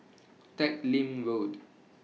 Teck Lim Road